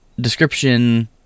Description